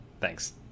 Thanks